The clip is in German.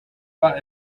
war